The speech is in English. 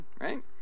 Right